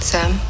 Sam